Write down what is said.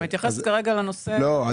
את מתייחסת לרשות.